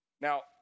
Now